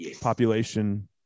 population